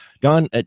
Don